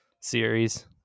series